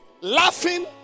laughing